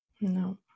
No